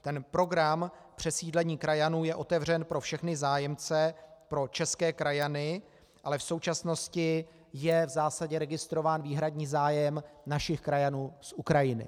Ten program přesídlení krajanů je otevřen pro všechny zájemce, pro české krajany, ale v současnosti je v zásadě registrován výhradní zájem našich krajanů z Ukrajiny.